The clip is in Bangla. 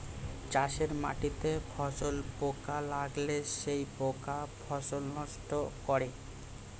চাষের মাটিতে ফসলে পোকা লাগলে সেই পোকা ফসল নষ্ট করে